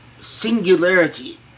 singularity